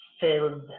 filled